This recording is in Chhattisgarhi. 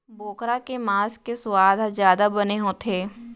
बोकरा के मांस के सुवाद ह जादा बने होथे